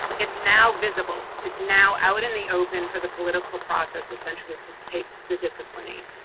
it's now visible, it's now out in the open for the political process essentially to take the disciplining.